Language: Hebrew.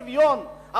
שוויון,